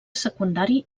secundari